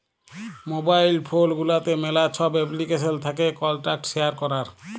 mobile phone গুলাতে ম্যালা ছব এপ্লিকেশল থ্যাকে কল্টাক্ট শেয়ার ক্যরার